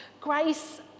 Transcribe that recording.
Grace